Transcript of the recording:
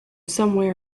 somewhere